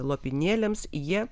lopinėliams jie